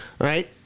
Right